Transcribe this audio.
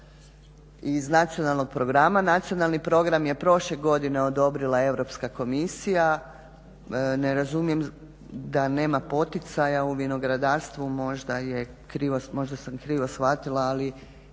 iz nacionalnog programa. Nacionalni program je prošle godine odobrila Europska komisija. Ne razumijem da nema poticaja u vinogradarstvu, možda sam krivo shvatila ali